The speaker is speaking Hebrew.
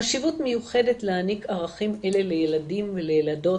חשיבות מיוחדת להעניק ערכים אלה לילדים ולילדות